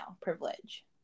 privilege